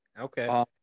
Okay